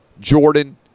Jordan